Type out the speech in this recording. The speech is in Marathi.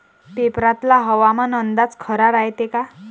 पेपरातला हवामान अंदाज खरा रायते का?